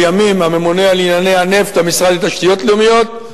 לימים הממונה על ענייני הנפט במשרד התשתיות הלאומיות,